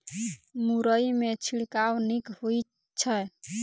मुरई मे छिड़काव नीक होइ छै?